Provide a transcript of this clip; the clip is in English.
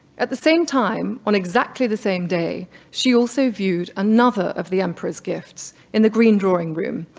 at the same time, on exactly the same day, she also viewed another of the emperor's gifts in the green drawing room,